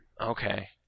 Okay